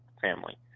family